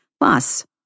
plus